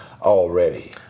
already